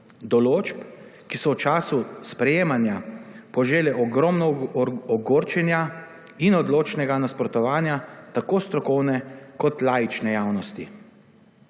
Določb, ki so v času sprejemanja požele ogromno ogorčenja in odločnega nasprotovanja, tako strokovne kot laične javnosti.